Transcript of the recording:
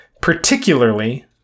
particularly